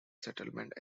settlement